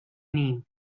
name